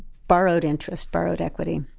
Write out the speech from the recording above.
borrowed interest! borrowed equity,